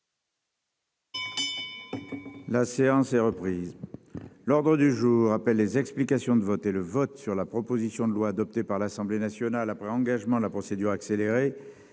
La séance est reprise. L'ordre du jour appelle les explications de vote et le vote sur la proposition de loi adoptée par l'Assemblée nationale après engagement la procédure accélérée